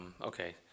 Okay